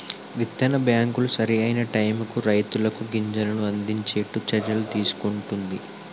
విత్తన బ్యాంకులు సరి అయిన టైముకు రైతులకు గింజలను అందిచేట్టు చర్యలు తీసుకుంటున్ది